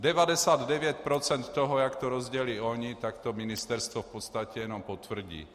Devadesát devět procent toho, jak to rozdělí ony, tak to ministerstvo v podstatě jenom potvrdí.